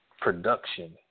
production